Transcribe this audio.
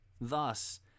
Thus